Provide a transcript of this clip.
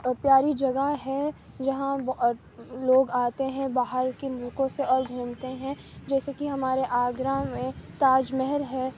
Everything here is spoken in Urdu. پیاری جگہ ہے جہاں لوگ آتے ہیں باہر کے ملکوں سے اور گھومتے ہیں جیسے کہ ہمارے آگرہ میں تاج محل ہے